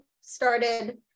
started